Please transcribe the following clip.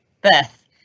Beth